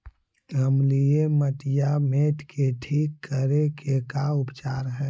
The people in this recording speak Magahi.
अमलिय मटियामेट के ठिक करे के का उपचार है?